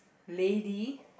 lady